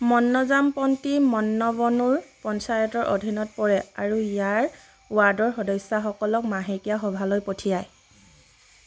মন্নজামপন্তি মন্নৱনুৰ পঞ্চায়তৰ অধীনত পৰে আৰু ইয়াৰ ৱাৰ্ডৰ সদস্যসকলক মাহেকীয়া সভালৈ পঠিয়ায়